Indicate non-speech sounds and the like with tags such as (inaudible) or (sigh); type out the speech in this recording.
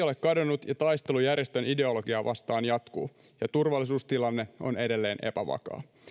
(unintelligible) ole kadonnut ja taistelu järjestön ideologiaa vastaan jatkuu ja turvallisuustilanne on edelleen epävakaa